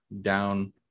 down